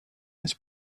this